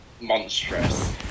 monstrous